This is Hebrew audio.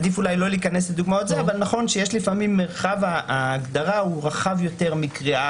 אבל נכון שלפעמים מרחב ההגדרה רחב יותר מקריאה